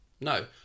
No